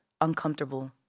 uncomfortable